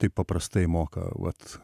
taip paprastai moka vat